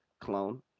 clone